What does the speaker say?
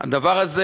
הדבר הזה